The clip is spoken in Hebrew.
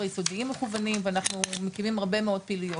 היסודיים מכוונים ואנחנו מקימים הרבה מאוד פעילויות.